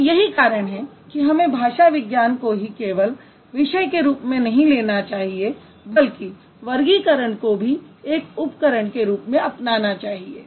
तो यही कारण है कि हमें भाषा विज्ञान को ही केवल विषय के रूप में ही नहीं अपनाना चाहिए बल्कि वर्गीकरण को भी एक उपकरण के रूप में अपनाना चाहिए